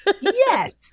Yes